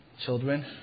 children